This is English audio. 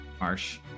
Marsh